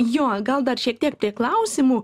jo gal dar šiek tiek prie klausimų